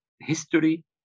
history